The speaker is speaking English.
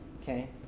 Okay